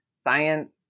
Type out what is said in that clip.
science